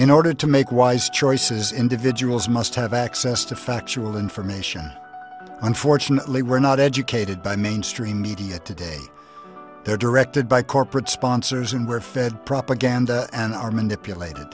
in order to make wise choices individuals must have access to factual information unfortunately we're not educated by mainstream media today they're directed by corporate sponsors and we're fed propaganda and are manipulated